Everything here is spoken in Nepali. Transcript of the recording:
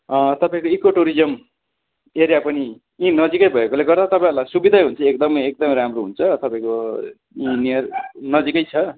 तपाईँको इको टुरिज्म एरिया पनि यहीँ नजिकै भएकोले गर्दा तपाईँहरूलाई सुविधै हुन्छ एकदमै एकदमै राम्रो हुन्छ तपाईँको नजिकै छ